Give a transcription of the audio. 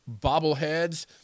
bobbleheads